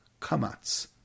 kamatz